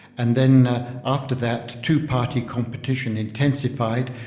and then after that two-party competition intensified.